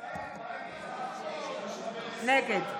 נגד